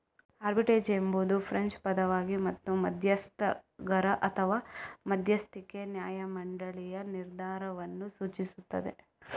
arbitrage ಎಂಬುದು French ಪದವಾಗಿದೆ ಮತ್ತು ಮಧ್ಯಸ್ಥಗಾರ ಅಥವಾ ಮಧ್ಯಸ್ಥಿಕೆ ನ್ಯಾಯ ಮಂಡಳಿಯ ನಿರ್ಧಾರವನ್ನು ಸೂಚಿಸುತ್ತದೆ